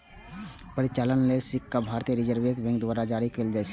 परिचालन लेल सिक्का भारतीय रिजर्व बैंक द्वारा जारी कैल जाइ छै